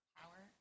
power